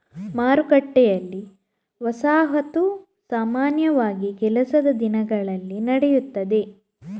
ಮಾರುಕಟ್ಟೆಯಲ್ಲಿ, ವಸಾಹತು ಸಾಮಾನ್ಯವಾಗಿ ಕೆಲಸದ ದಿನಗಳಲ್ಲಿ ನಡೆಯುತ್ತದೆ